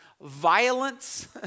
violence